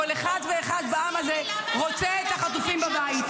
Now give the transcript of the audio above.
כל אחד ואחד בעם הזה רוצה את החטופים בבית.